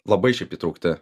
labai šiaip įtraukti